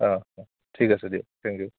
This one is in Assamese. অ অ ঠিক আছে দিয়ক থেংক ইউ